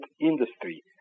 industry